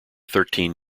thirteen